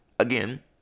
Again